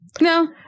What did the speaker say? No